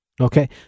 Okay